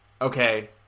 okay